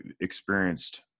experienced